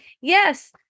yes